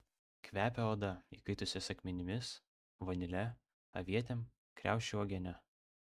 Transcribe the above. kvepia oda įkaitusiais akmenimis vanile avietėm kriaušių uogiene